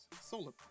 Solar